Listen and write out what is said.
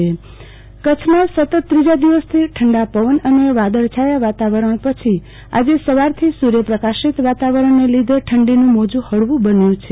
આરતી ભટ ઠંડી કચ્છમાં સતત ત્રીજા દિવસથી ઠંડા પવન અન વાદળછાયા વાતાવરણ પછી આજે સવારથી સુર્ય પ્રકાશિત વાતાવરણને લીધે ઠંડીનું મોજું હળવ બન્યું છ